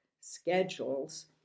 schedules